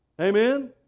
amen